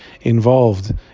involved